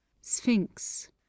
Sphinx